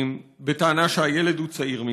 בטענה שהילד הוא צעיר מדי.